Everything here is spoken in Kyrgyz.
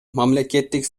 мамлекеттик